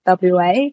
wa